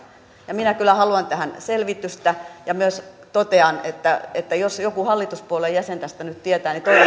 keskustelussa minä kyllä haluan tähän selvitystä ja myös totean että että jos joku hallituspuolueen jäsen tästä nyt tietää niin toivon että